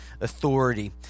authority